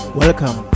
welcome